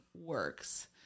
works